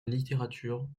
littérature